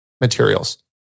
materials